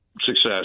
success